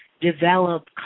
develop